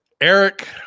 Eric